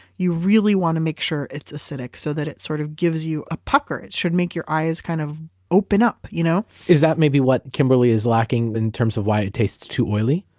you really want to make sure it's acidic, so that it sort of gives you a pucker. it should make your eyes kind of open up you know is that maybe what kimberly is lacking but in of why it tastes too oily?